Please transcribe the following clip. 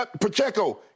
Pacheco